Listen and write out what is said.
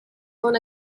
known